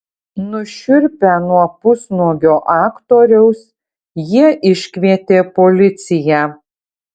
nušiurpę nuo pusnuogio aktoriaus jie iškvietė policiją